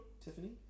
Tiffany